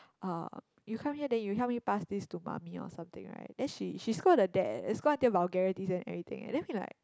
uh you come her then you help me to pass this to mummy or something right then she she scold her dad scold until vulgarities and everything and then we're like